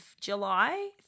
July